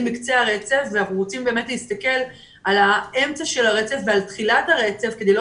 בקצה הרצף ואנחנו רוצים להסתכל על האמצע של הרצף ועל תחילתו כדי לא